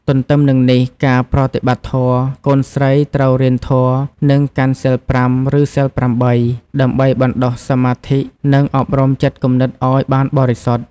ទទ្ទឹមនឹងនេះ ការប្រតិបត្តិធម៌ កូនស្រីត្រូវរៀនធម៌ និងកាន់សីល ៥ ឬសីល ៨ ដើម្បីបណ្តុះសមាធិ និងអប់រំចិត្តគំនិតឱ្យបានបរិសុទ្ធ។